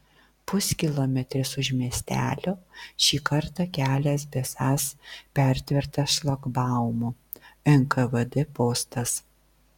puskilometris už miestelio šį kartą kelias besąs pertvertas šlagbaumu nkvd postas